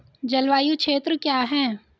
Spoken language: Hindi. जलवायु क्षेत्र क्या है?